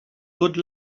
good